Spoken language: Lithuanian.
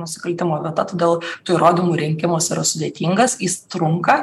nusikaltimo vieta todėl tų įrodymų rinkimas yra sudėtingas jis trunka